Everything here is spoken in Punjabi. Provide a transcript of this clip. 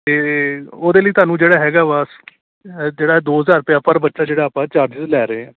ਅਤੇ ਉਹਦੇ ਲਈ ਤੁਹਾਨੂੰ ਜਿਹੜਾ ਹੈਗਾ ਵਾ ਜਿਹੜਾ ਦੋ ਹਜ਼ਾਰ ਰੁਪਇਆ ਪਰ ਬੱਚਾ ਜਿਹੜਾ ਆਪਾਂ ਚਾਰਜਿਸ ਲੈ ਰਹੇ ਹਾਂ